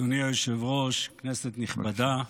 אדוני היושב-ראש, כנסת נכבדה,